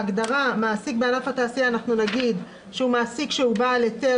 בהגדרה "מעסיק בענף התעשייה" נגיד שהוא מעסיק בעל היתר